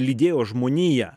lydėjo žmoniją